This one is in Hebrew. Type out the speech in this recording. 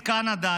קנדה,